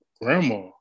grandma